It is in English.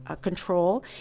control